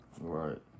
Right